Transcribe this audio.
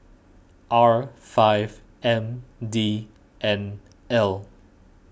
R five M D N L